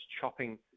chopping